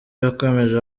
yakomeje